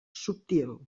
subtil